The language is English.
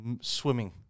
swimming